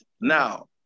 now